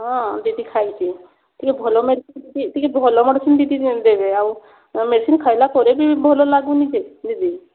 ହଁ ଦିଦି ଖାଇଛି ଟିକେ ଭଲ ମେଡ଼ିସିନ୍ ଟିକେ ଭଲ ମେଡ଼ିସିନ୍ ଦିଦି ଦେବେ ଆଉ ମେଡ଼ିସିନ୍ ଖାଇଲା ପରେ ବି ଭଲ ଲାଗୁନି ଯେ ଦିଦି